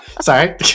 Sorry